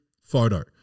photo